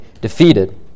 defeated